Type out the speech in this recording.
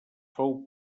fou